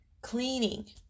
cleaning